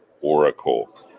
Oracle